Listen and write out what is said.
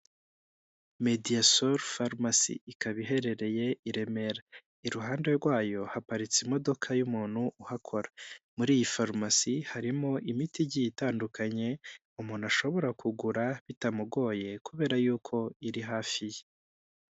Mediyasolu farumasi ikaba iherereye i Remera, iruhande rwayo haparitse imodoka y'umuntu uhakora, muri iyi farumasi harimo imiti igiye itandukanye umuntu ashobora kugura bitamugoye kubera yuko iri hafi ye.